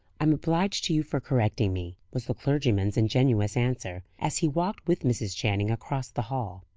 i am obliged to you for correcting me, was the clergyman's ingenuous answer, as he walked, with mrs. channing, across the hall.